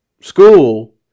school